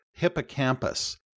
Hippocampus